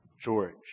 George